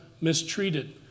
mistreated